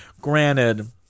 granted